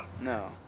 No